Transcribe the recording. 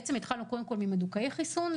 בעצם התחלנו קודם כל ממדוכאי חיסון,